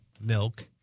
milk